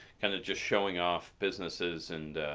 kind of just showing off businesses and